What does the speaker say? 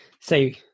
say